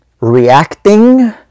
reacting